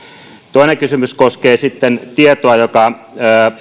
toinen kysymys koskee sitten tietoa joka